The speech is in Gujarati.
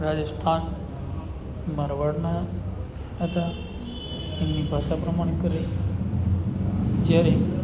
રાજસ્થાન મારવાડના હતા એમની ભાષા પ્રમાણે કરે જ્યારે